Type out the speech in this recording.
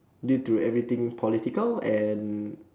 due to everything political and